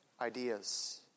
ideas